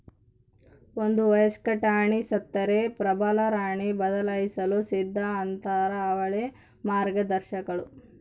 ಒಂದು ವಯಸ್ಕ ರಾಣಿ ಸತ್ತರೆ ಪ್ರಬಲರಾಣಿ ಬದಲಾಯಿಸಲು ಸಿದ್ಧ ಆತಾರ ಅವಳೇ ಮಾರ್ಗದರ್ಶಕಳು